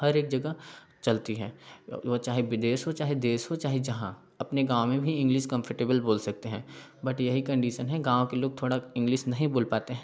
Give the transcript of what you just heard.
हर एक जगह चलती है वह चाहे विदेश हो चाहे देश हो चाहे जहाँ अपने गाँव में भी इंग्लिस कंफर्टेबल बोल सकते हैं बट यही कंडीशन है गाँव के लोग थोड़ा इंग्लिस नहीं बोल पाते हैं